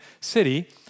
city